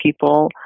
people